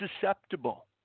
susceptible